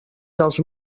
dels